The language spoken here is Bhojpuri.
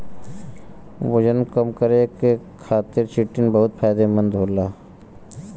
वजन कम करे खातिर चिटिन बहुत फायदेमंद होला